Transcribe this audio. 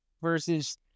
versus